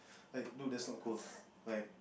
like dude that's not cool like